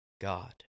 God